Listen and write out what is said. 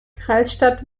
kreisstadt